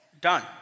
done